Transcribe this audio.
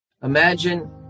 Imagine